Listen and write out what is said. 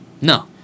No